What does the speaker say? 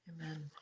Amen